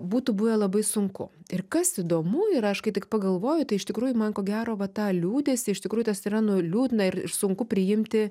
būtų buvę labai sunku ir kas įdomu ir aš kai tik pagalvoju tai iš tikrųjų man ko gero va tą liūdesį iš tikrųjų tas yra nu liūdna ir sunku priimti